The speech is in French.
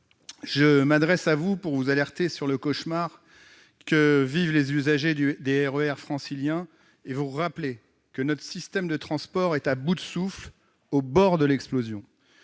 dans cet hémicycle, j'alerte sur le cauchemar que vivent les usagers du RER francilien et je rappelle que notre système de transport est à bout de souffle, au bord de l'explosion.